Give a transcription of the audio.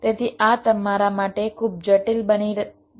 તેથી આ તમારા માટે ખૂબ જટિલ બની જશે